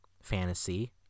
fantasy